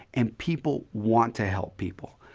and people want to help people.